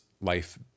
life